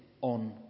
on